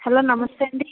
hello నమస్తే అండీ